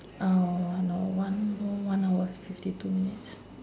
uh no one no one hour fifty two minutes